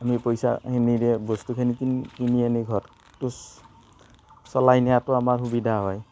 আমি পইচাখিনিৰে বস্তুখিনি কিনি কিনি আনি ঘৰত চলাই নিয়াতো আমাৰ সুবিধা হয়